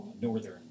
northern